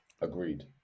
Agreed